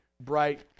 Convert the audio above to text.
bright